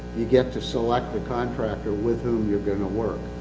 you get to select the contractor with whom you're gonna work.